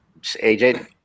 AJ